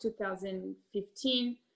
2015